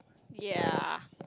ya